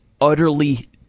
utterly